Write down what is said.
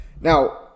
Now